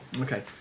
Okay